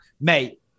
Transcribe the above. mate